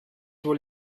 wohl